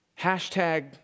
hashtag